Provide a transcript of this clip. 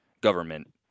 government